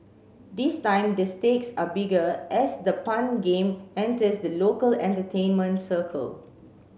this time the stakes are bigger as the pun game enters the local entertainment circle